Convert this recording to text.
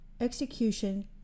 execution